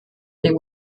they